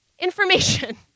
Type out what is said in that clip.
information